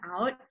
out